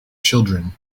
children